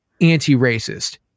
anti-racist